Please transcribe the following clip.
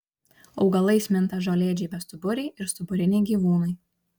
augalais minta žolėdžiai bestuburiai ir stuburiniai gyvūnai